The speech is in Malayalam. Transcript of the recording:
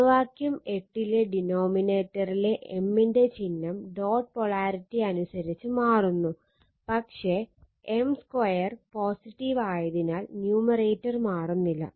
സമവാക്യം 8 ലെ ഡിനോമിനേറ്ററിലെ M ന്റെ ചിഹ്നം ഡോട്ട് പോളാരിറ്റിയനുസരിച്ച് മാറുന്നു പക്ഷേ M2 പോസിറ്റീവ് ആയതിനാൽ ന്യൂമറേറ്റർ മാറുന്നില്ല